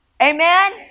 Amen